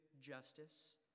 justice